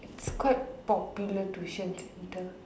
it's quite popular tuition centre